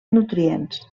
nutrients